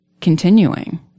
continuing